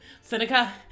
Seneca